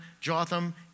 Jotham